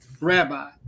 rabbi